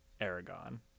aragon